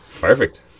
Perfect